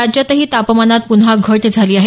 राज्यातही तापमानात प्न्हा घट झाली आहे